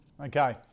okay